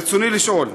רצוני לשאול: